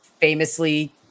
Famously